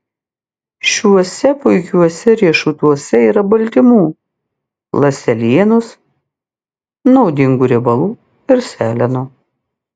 šiuose puikiuose riešutuose yra baltymų ląstelienos naudingų riebalų ir seleno